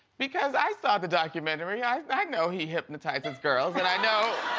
because i saw the documentary, i i know he hypnotizes girls and i know.